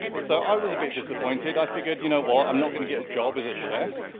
so i was a bit disappointed. i figured, you know what, i'm not gonna get a job as a chef.